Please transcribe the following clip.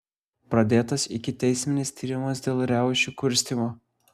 pradėtas ikiteisminis tyrimas dėl riaušių kurstymo